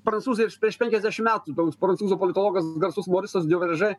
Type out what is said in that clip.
prancūzai ir prieš penkiasdešim metų toks prancūzų politogas garsus morisas devaržė